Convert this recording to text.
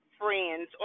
friends